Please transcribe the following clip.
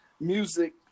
music